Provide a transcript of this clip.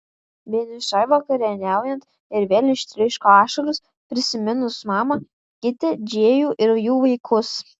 vienišai vakarieniaujant ir vėl ištryško ašaros prisiminus mamą kitę džėjų ir jų vaikus